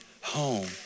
home